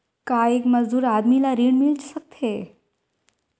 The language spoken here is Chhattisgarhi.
का एक मजदूर आदमी ल ऋण मिल सकथे?